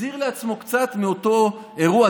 החזיר לעצמו קצת מאותו אירוע.